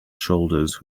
shoulders